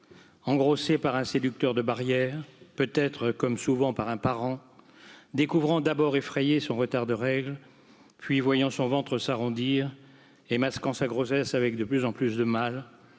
Engrossés par un séducteur de barrières peut être, comme souvent par un parent, découvrant d'abord effrayé son retard de règle puis voyant son ventre s'arrondir et masquant sa grossesse avec de plus en plus de mal